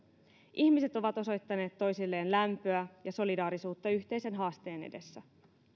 ihmiset ovat osoittaneet toisilleen lämpöä ja solidaarisuutta yhteisen haasteen edessä